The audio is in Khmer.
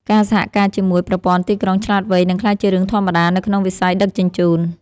ការសហការជាមួយប្រព័ន្ធទីក្រុងឆ្លាតវៃ នឹងក្លាយជារឿងធម្មតានៅក្នុងវិស័យដឹកជញ្ជូន។